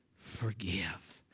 forgive